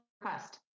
request